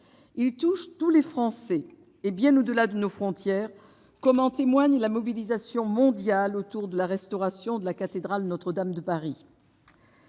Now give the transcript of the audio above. il touche tous les Français, et bien au-delà de nos frontières, comme en témoigne la mobilisation mondiale autour de la restauration de la cathédrale Notre-Dame de Paris.